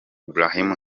brahim